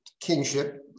kingship